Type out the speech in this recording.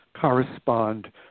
correspond